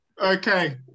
Okay